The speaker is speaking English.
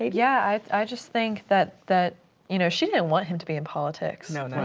yeah, i just think that that you know, she didn't want him to be in politics. no, not